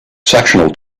sectional